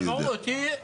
ותבעו אותי,